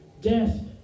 death